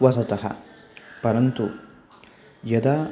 वसतः परन्तु यदा